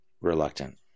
reluctant